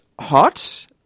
hot